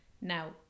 Now